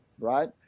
right